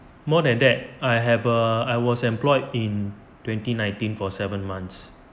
more than that I have a I was employed in twenty nineteen for seven months